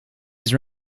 his